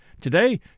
Today